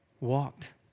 walked